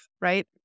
right